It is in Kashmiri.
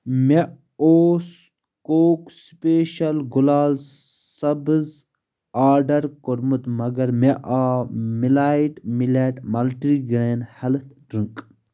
مےٚ اوس کوک سپیٚشل گُلال سبٕز آرڈر کوٚرمُت مگر مےٚ آو مِلایٹ مِلٮ۪ٹ ملٹی گرٛین ہٮ۪لتھ ڈٕرٛنٛک